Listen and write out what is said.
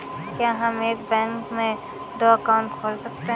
क्या हम एक बैंक में दो अकाउंट खोल सकते हैं?